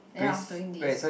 then I was doing this